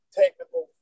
technical